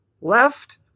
left